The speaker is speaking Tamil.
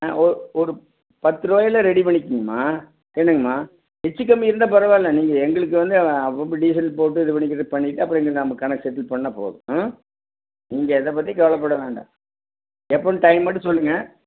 ஆ ஒ ஒரு பத்துரூவாய்யில் ரெடி பண்ணிக்கங்கம்மா என்னங்கம்மா வச்சிக்காம இருந்தா பரவால்லை நீங்கள் எங்களுக்கு வந்து அப்பப்போ டீசல் போட்டு இது பண்ணிக்கிறது பண்ணிவிட்டா அப்புறம் கணக்கு செட்டில் பண்ணாப் போதும் ம் நீங்கள் எதைப் பற்றியும் கவலைப்பட வேண்டாம் எப்போன்னு டைம் மட்டும் சொல்லுங்கள்